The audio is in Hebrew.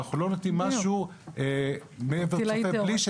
ואנחנו לא נותנים משהו מעבר צופה,